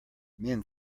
men